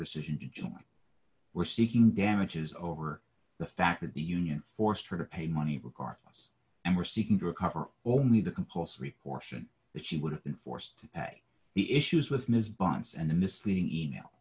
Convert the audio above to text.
decision to join were seeking damages over the fact that the union forced her to pay money regardless and were seeking to recover only the compulsory portion but she would have been forced the issues with ms bonds and the misleading email